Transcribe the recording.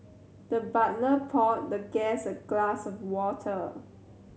the butler poured the guest a glass of water